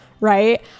Right